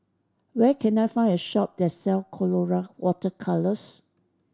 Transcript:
where can I find a shop that sell Colora Water Colours